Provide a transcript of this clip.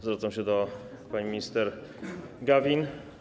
Zwracam się do pani minister Gawin.